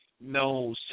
No